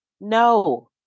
No